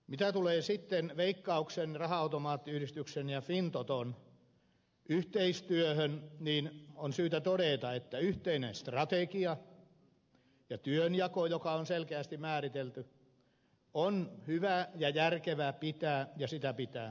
mitä tulee sitten veikkauksen raha automaattiyhdistyksen ja fintoton yhteistyöhön niin on syytä todeta että yhteinen strategia ja työnjako joka on selkeästi määritelty on hyvä ja järkevää pitää ja sitä pitää myöskin kunnioittaa